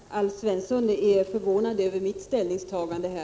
Fru talman! Alf Svensson är förvånad över mitt ställningstagande.